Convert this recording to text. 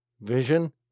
vision